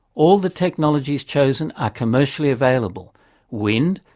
all the technologies chosen are commercially available wind,